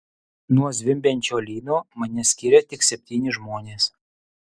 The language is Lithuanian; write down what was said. nuo zvimbiančio lyno mane skiria tik septyni žmonės